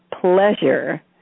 pleasure